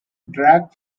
drag